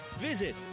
Visit